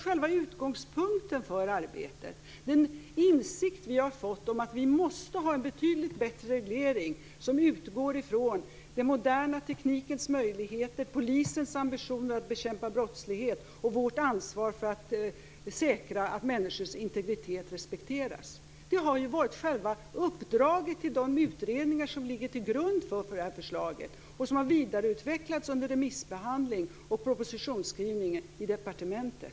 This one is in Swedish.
Själva utgångspunkten för arbetet har varit den insikt vi har fått om att vi måste ha en betydligt bättre reglering som utgår från den moderna teknikens möjligheter, polisens ambition att bekämpa brottslighet och vårt ansvar för att säkra att människors integritet respekteras. Det har varit själva uppdraget till de utredningar som ligger till grund för det här förslaget och som har vidareutvecklats under remissbehandling och propositionsskrivning på departementet.